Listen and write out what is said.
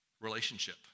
relationship